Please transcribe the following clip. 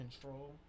Control